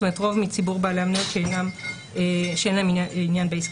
זאת אומרת רוב מציבור בעלי המניות שאין להם עניין בעסקה,